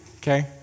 okay